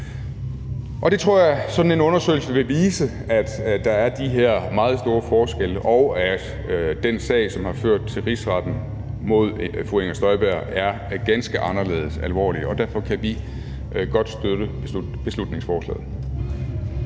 Jeg tror, at sådan en undersøgelse vil vise, at der er de her meget store forskelle, og at den sag, som har ført til Rigsretten mod fru Inger Støjberg, er ganske anderledes alvorlig. Og derfor kan vi godt støtte beslutningsforslaget.